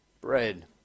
bread